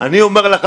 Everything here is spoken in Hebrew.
אני אומר לך,